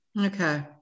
okay